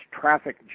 traffic